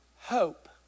Hope